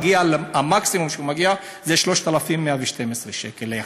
המקסימום שהוא מגיע אליו זה 3,112 שקל ליחיד.